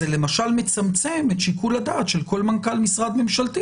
זה למשל מצמצם את שיקול הדעת של כל מנכ"ל משרד ממשלתי